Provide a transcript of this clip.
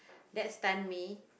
that's time me